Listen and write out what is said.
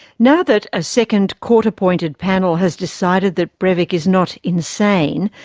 now that a second court appointed panel has decided that breivik is not insane,